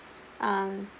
um